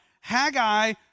Haggai